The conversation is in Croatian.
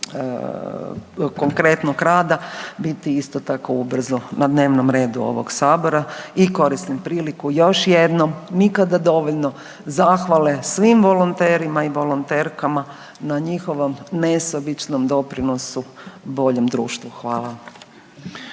konkretnog rada biti isto tako ubrzo na dnevnom redu ovog sabora i koristim priliku još jednom nikada dovoljno zahvale svim volonterima i volonterkama na njihovom nesebičnom doprinosu boljem društvu. Hvala.